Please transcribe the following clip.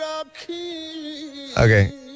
Okay